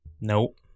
Nope